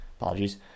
Apologies